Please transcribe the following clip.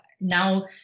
now